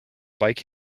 bike